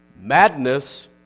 Madness